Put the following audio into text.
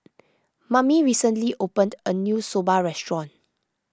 Mammie recently opened a new Soba restaurant